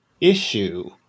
issue